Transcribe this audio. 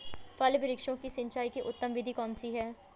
फल वृक्षों की सिंचाई की उत्तम विधि कौन सी है?